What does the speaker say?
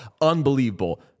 unbelievable